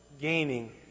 gaining